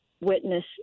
witness